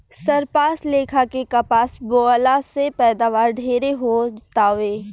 सरपास लेखा के कपास बोअला से पैदावार ढेरे हो तावे